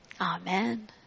Amen